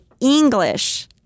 English